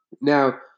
Now